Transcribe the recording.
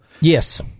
Yes